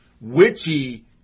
Witchy